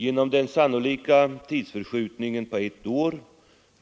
Genom den sannolika tidsförskjutningen på ett år